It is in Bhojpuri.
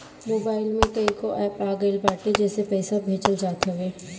मोबाईल में कईगो एप्प आ गईल बाटे जेसे पईसा भेजल जात हवे